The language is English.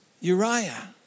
Uriah